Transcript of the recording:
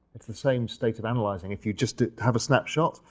it's the same state of analyzing. if you just have a snapshot,